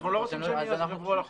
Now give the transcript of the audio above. אנחנו לא רוצים שהם יעברו על החוק.